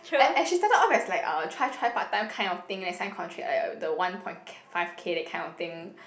a~ and she started off as like uh try try part time kind of thing and sign contract like uh the one point five K that kind of thing